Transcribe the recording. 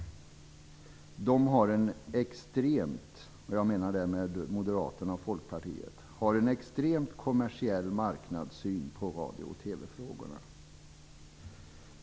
De borgerliga partierna - jag menar därmed Moderaterna och Folkpartiet - har en extremt kommersiell marknadssyn på radio och TV-frågorna.